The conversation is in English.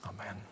Amen